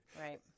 Right